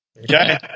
Okay